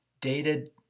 dated